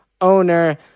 Owner